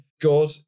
God